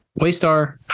Waystar